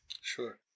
Sure